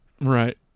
right